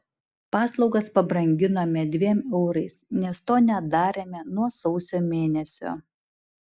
paslaugas pabranginome dviem eurais nes to nedarėme nuo sausio mėnesio